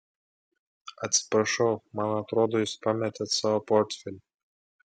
atsiprašau man atrodo jūs pametėt savo portfelį